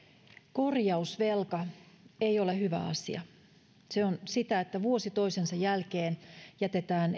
korjausvelka ei ole hyvä asia se on sitä että vuosi toisensa jälkeen jätetään